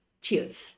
cheers